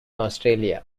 australia